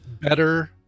better